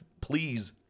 please